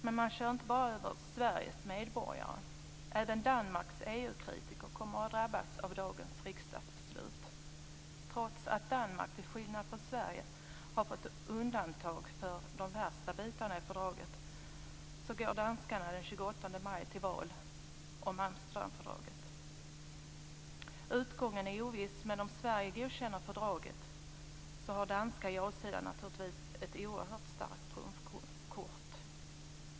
Men det är inte bara Sveriges medborgare som körs över. Även Danmarks EU-kritiker kommer att drabbas av dagens riksdagsbeslut. Trots att Danmark - till skillnad från Sverige - har beviljats undantag för de värsta bitarna i fördraget, går danskarna till val om Amsterdamfördraget den 28 maj. Utgången är oviss. Men om Sverige godkänner fördraget, har danska jasidan ett oerhört starkt trumfkort.